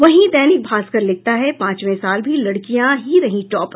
वहीं दैनिक भास्कर लिखता है पांचवें साल भी लड़कियां ही रही टॉप